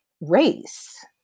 race